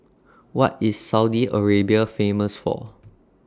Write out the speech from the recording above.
What IS Saudi Arabia Famous For